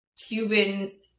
Cuban